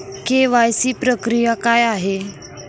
KYC प्रक्रिया काय आहे?